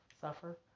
suffer